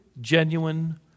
genuine